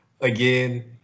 again